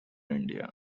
india